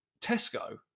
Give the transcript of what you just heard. tesco